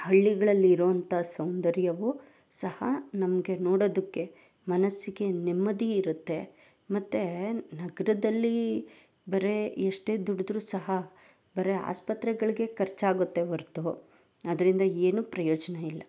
ಹಳ್ಳಿಗ್ಳಲ್ಲಿ ಇರುವಂಥ ಸೌಂದರ್ಯವು ಸಹ ನಮಗೆ ನೋಡೋದಕ್ಕೆ ಮನಸ್ಸಿಗೆ ನೆಮ್ಮದಿ ಇರುತ್ತೆ ಮತ್ತೇ ನಗರದಲ್ಲಿ ಬರೀ ಎಷ್ಟೇ ದುಡಿದ್ರು ಸಹ ಬರೀ ಆಸ್ಪತ್ರೆಗಳಿಗೆ ಖರ್ಚಾಗುತ್ತೆ ಹೊರ್ತು ಅದರಿಂದ ಏನೂ ಪ್ರಯೋಜನ ಇಲ್ಲ